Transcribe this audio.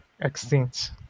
extinct